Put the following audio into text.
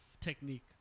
technique